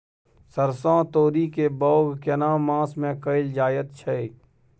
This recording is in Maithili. सरसो, तोरी के बौग केना मास में कैल जायत छै?